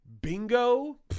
Bingo